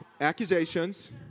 Accusations